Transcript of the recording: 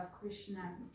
Krishna